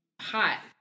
hot